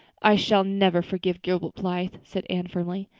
i shall never forgive gilbert blythe, said anne firmly.